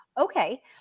Okay